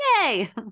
Yay